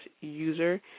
user